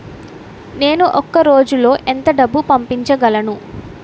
నేను ఒక రోజులో ఎంత డబ్బు పంపించగలను?